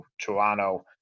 Toronto